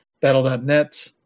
Battle.net